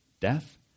death